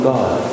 God